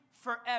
forever